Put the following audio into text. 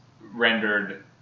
rendered